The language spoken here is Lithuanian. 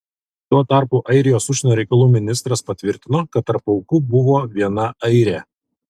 tuo tarpu airijos užsienio reikalų ministras patvirtino kad tarp aukų buvo viena airė